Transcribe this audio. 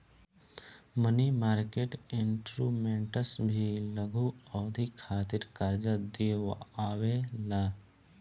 मनी market instruments भी लघु अवधि खातिर कार्जा दिअवावे ला